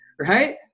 right